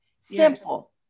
simple